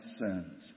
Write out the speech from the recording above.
sins